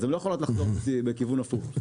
אז הן לא יכולות לחזור בכיוון הפוך,